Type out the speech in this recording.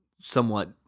somewhat